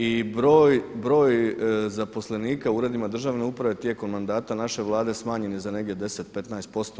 I broj zaposlenika u uredima državne uprave tijekom mandata naše Vlade smanjen je za negdje 10, 15%